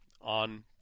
on